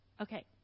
Okay